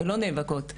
ולא נאבקות,